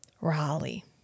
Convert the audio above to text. Raleigh